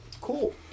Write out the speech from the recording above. Cool